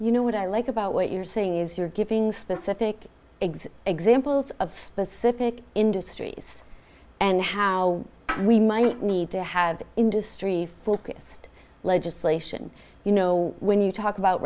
you know what i like about what you're saying is you're giving specific igs examples of specific industries and how we might need to have industry focused legislation you know when you talk about